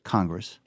Congress